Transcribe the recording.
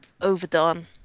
overdone